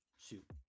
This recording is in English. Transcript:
shoot